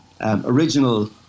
original